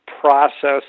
process